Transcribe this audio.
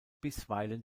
bisweilen